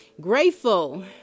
grateful